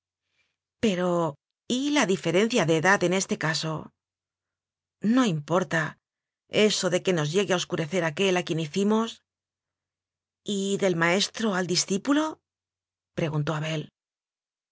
pero y la diferencia de edad en este caso no importa eso de que nos llegue a oscurecer aquel a quien hicimos y del maestro al discípulo preguntó abel